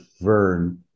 Vern